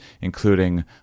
including